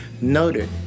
noted